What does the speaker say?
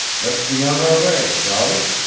let's be on our way, shall we?